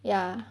ya